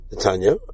tanya